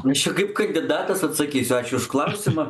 aš čia kaip kandidatas atsakysiu ačiū už klausimą